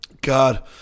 God